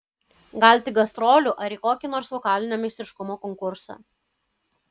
gal tik gastrolių ar į kokį nors vokalinio meistriškumo konkursą